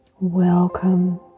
Welcome